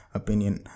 opinion